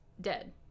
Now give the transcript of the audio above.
dead